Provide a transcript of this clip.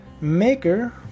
Maker